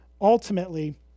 ultimately